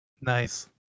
Nice